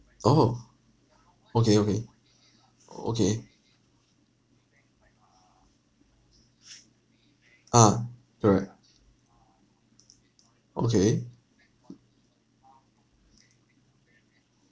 oh okay okay okay ah correct okay